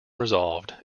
resolved